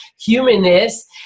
humanness